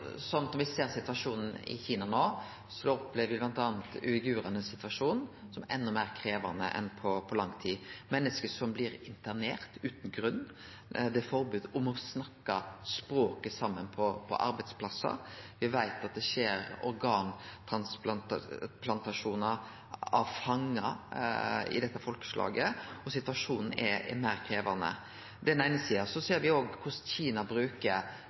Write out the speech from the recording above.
Når me ser på situasjonen i Kina no, opplever me bl.a. situasjonen til uigurane som enda meir krevjande enn på lang tid: Menneske blir internerte utan grunn, det er forbod mot å snakke språket sitt saman på arbeidsplassar, me veit at det skjer organtransplantasjonar frå fangar av dette folkeslaget. Situasjonen er meir krevjande. Det er den eine sida. Mercedes-Benz blei f.eks. nyleg pressa av Kina